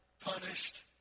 punished